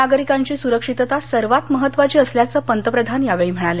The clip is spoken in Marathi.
नागरिकांची सुरक्षितता सर्वात महत्वाची असल्याचं पंतप्रधान यावेळी म्हणाले